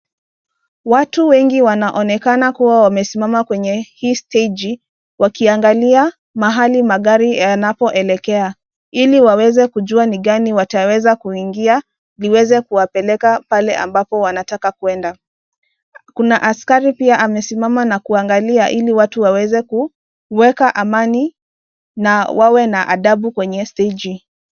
Watu wengi wanaoneka kuwa wamesimama kwenye hii stagi wakiangalia mahali magari yanapoelekea ili waweze kujia ni gani wataweza kuingia liweze kuwapeleka pale ambapo wanataka kuenda. Kuna askari pia amesimama na kuangalia ili watu waweze kueka amani na wawe na adabu kwenye hiyo steji.